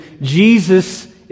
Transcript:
Jesus